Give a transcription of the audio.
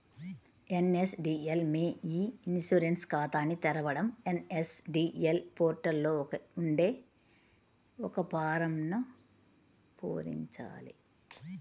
NSDL మీ e insurance ఖాతాని తెరవడం ఎన్.ఎస్.డి.ఎల్ పోర్టల్ లో ఉండే ఒక ఫారమ్ను పూరించాలి